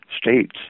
states